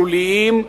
שוליים,